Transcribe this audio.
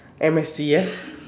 M_S_T_F